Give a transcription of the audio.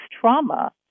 trauma